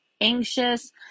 anxious